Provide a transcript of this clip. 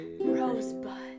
Rosebud